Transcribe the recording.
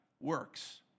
works